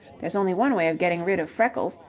there's only one way of getting rid of freckles,